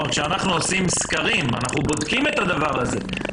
כשאנחנו עורכים סקרים אנחנו בודקים את הדבר הזה.